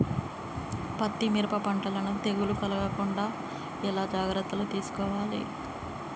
పత్తి మిరప పంటలను తెగులు కలగకుండా ఎలా జాగ్రత్తలు తీసుకోవాలి?